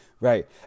Right